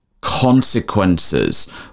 consequences